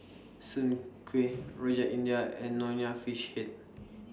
Soon Kuih Rojak India and Nonya Fish Head